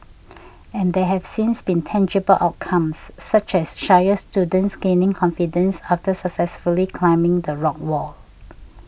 and there have since been tangible outcomes such as shyer students gaining confidence after successfully climbing the rock wall